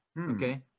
Okay